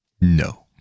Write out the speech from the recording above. No